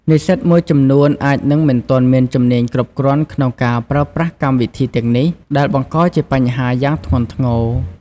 និស្សិតមួយចំនួនអាចនឹងមិនទាន់មានជំនាញគ្រប់គ្រាន់ក្នុងការប្រើប្រាស់កម្មវិធីទាំងនេះ ដែលបង្កជាបញ្ហាយ៉ាងធ្ងន់ធ្ងរ។